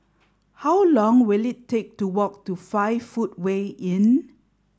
how long will it take to walk to Five Footway Inn